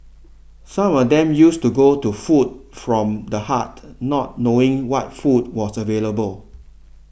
some of them used to go to Food from the Heart not knowing what food was available